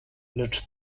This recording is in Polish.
lecz